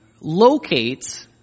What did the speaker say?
locates